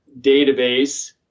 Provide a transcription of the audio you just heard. database